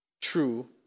True